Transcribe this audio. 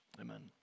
Amen